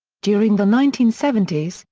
during the nineteen seventy s,